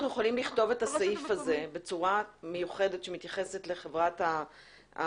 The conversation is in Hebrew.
יכולים לכתוב את הסעיף הזה בצורה מיוחדת שמתייחסת לחברה המשותפת?